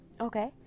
Okay